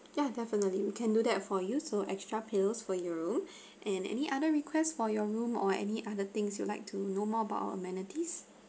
yeah definitely we can do that for you so extra pillows for your room and any other requests for your room or any other things you'd like to know more about our amenities